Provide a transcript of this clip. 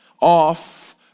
off